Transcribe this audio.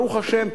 ברוך השם,